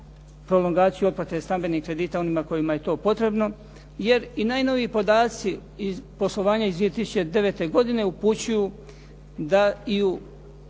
prolongaciju otplate stambenih kredita onima kojima je to potrebno jer i najnoviji podaci iz poslovanja iz 2009. godine upućuju da i